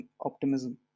optimism